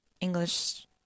English